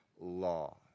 law